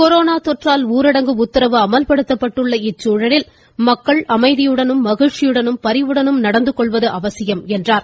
corona தொற்றால் ஊரடங்கு உத்தரவு அமல்படுத்தப்பட்டுள்ள இச்சூழலில் மக்கள் அமைதியுடனும் மகிழ்ச்சியுடனும் பரிவுடனும் நடந்து கொள்வது அவசியம் என்றார்